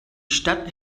stadt